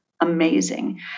amazing